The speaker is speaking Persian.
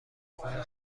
خونه